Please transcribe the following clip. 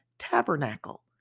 Tabernacle